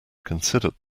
considered